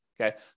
Okay